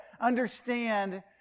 understand